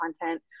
content